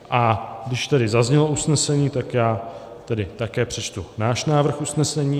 A když tedy zaznělo usnesení, tak já také přečtu náš návrh usnesení.